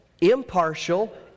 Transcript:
impartial